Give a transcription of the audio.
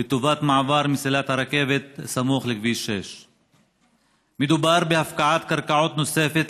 לטובת מעבר מסילת הרכבת סמוך לכביש 6. מדובר בהפקעת קרקעות נוספת